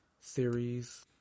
series